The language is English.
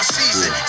season